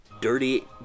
Dirty